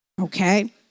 okay